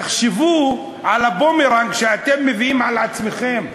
תחשבו על הבומרנג שאתם מביאים על עצמכם.